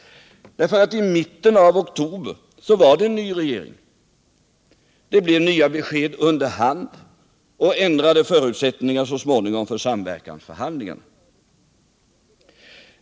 I mitten av oktober var det ju en ny regering. Det blev nya besked under hand och ändrade förutsättningar så småningom för samverkansförhandlingar.